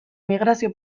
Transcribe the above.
migrazio